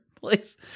place